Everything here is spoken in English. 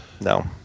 No